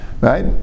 Right